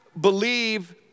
believe